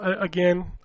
Again